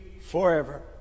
forever